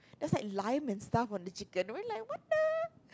there's like lime and stuff on the chicken we're like what the